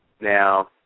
Now